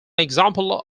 example